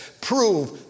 prove